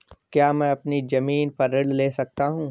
क्या मैं अपनी ज़मीन पर ऋण ले सकता हूँ?